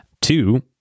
Two